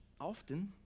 often